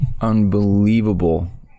Unbelievable